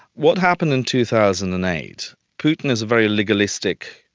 what happened in two thousand and eight, putin is very legalistic,